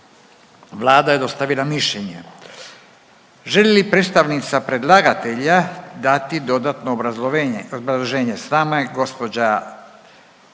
Vlada je dostavila mišljenje. Želi li predstavnica predlagatelja dati dodatno obrazloženje? S nama je gospođa